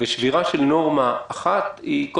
ושבירה של נורמה אחת היא,